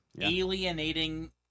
alienating